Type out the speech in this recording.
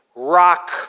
rock